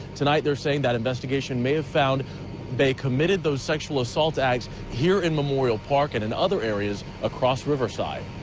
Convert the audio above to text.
tonight they're saying that investigation may have found they committed those sexual assault acts here in memorial park and in other areas across riverside.